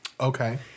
Okay